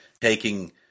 taking